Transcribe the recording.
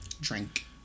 Drink